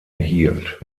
hielt